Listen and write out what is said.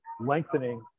lengthening